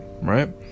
right